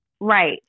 Right